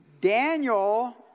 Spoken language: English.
Daniel